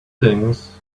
things